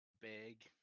big